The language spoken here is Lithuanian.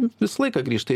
visą laiką grįžta